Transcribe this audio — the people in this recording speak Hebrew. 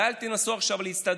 ואל תנסו עכשיו להצטדק,